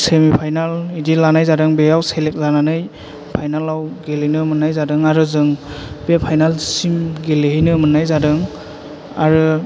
सेमि final बिदि लानाय जादों बेयाव सेलेक्ट जानानै फाइनालाव गेलेनो मोननाय जादों आरो जों बे फाइनालसिम गेलेहैनो मोननाय जादों आरो